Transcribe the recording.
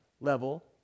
level